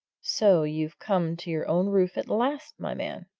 so you've come to your own roof at last, my man!